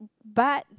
but